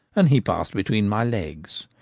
and he passed between my legs.